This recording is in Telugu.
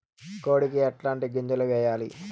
కోడికి ఎట్లాంటి గింజలు వేయాలి?